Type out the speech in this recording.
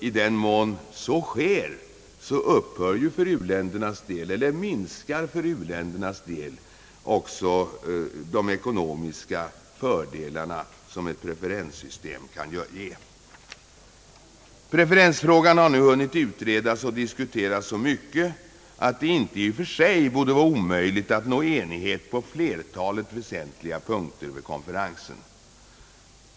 I den mån så sker upphör eller minskar för uländernas del de ekonomiska fördelar som ett preferenssystem kan ge. Preferensfrågan har ju hunnit att utredas och diskuteras så mycket, att det inte i och för sig borde vara omöjligt att nå enighet på flertalet väsentliga punkter vid konferensen.